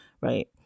right